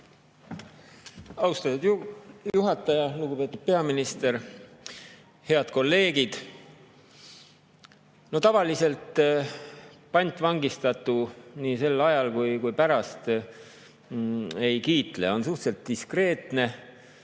Austatud juhataja! Lugupeetud peaminister! Head kolleegid! No tavaliselt pantvangistatu nii sel ajal kui ka pärast ei kiitle, on suhteliselt diskreetne